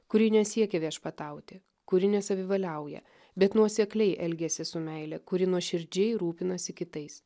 kuri nesiekia viešpatauti kuri nesavivaliauja bet nuosekliai elgiasi su meile kuri nuoširdžiai rūpinasi kitais